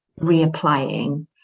reapplying